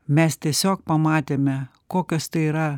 mes tiesiog pamatėme kokios tai yra